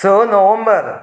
स नोव्हेंबर